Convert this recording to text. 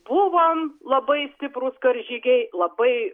buvom labai stiprūs karžygiai labai